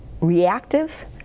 reactive